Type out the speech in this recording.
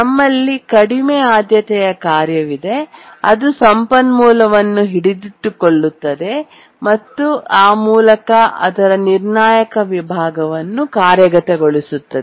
ನಮ್ಮಲ್ಲಿ ಕಡಿಮೆ ಆದ್ಯತೆಯ ಕಾರ್ಯವಿದೆ ಅದು ಸಂಪನ್ಮೂಲವನ್ನು ಹಿಡಿದಿಟ್ಟುಕೊಳ್ಳುತ್ತದೆ ಮತ್ತು ಆ ಮೂಲಕ ಅದರ ನಿರ್ಣಾಯಕ ವಿಭಾಗವನ್ನು ಕಾರ್ಯಗತಗೊಳಿಸುತ್ತದೆ